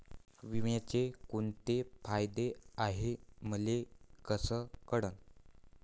बिम्याचे कुंते फायदे हाय मले कस कळन?